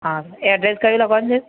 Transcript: હા એડ્રેસ કયું લખવાનું છે